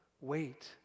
wait